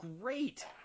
great